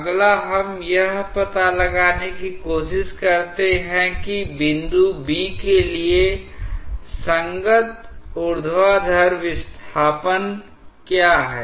अगला हम यह पता लगाने की कोशिश करते हैं कि बिंदु B के लिए संगत ऊर्ध्वाधर विस्थापन क्या है